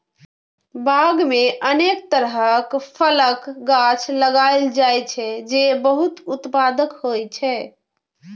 बाग मे अनेक तरहक फलक गाछ लगाएल जाइ छै, जे बहुत उत्पादक होइ छै